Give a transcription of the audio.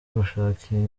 gushaka